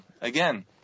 again